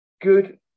Good